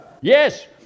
Yes